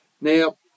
Now